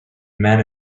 men